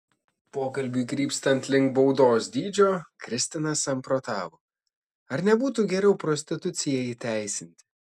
pokalbiui krypstant link baudos dydžio kristina samprotavo ar nebūtų geriau prostituciją įteisinti